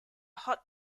hot